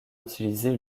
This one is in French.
utiliser